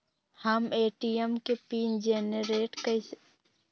हम ए.टी.एम के PIN generate कईसे कर सकली ह?